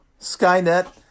Skynet